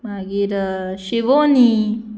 मागीर शिवोनी